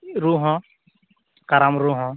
ᱨᱩ ᱦᱚᱸ ᱠᱟᱨᱟᱢ ᱨᱩ ᱦᱚᱸ